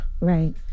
Right